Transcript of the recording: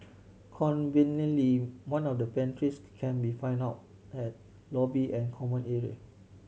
conveniently one of the pantries can be found out at lobby and common area